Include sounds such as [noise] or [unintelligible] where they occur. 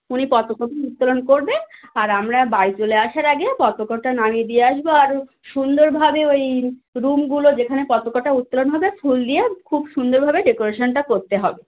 উনি পতাকা [unintelligible] উত্তোলন করবেন আর আমরা বাড়ি চলে আসার আগে পতাকাটা নামিয়ে দিয়ে আসবো আর সুন্দরভাবে ওই রুমগুলো যেখানে পতাকাটা উত্তোলন হবে ফুল দিয়ে খুব সুন্দরভাবে ডেকোরেশনটা করতে হবে